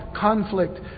conflict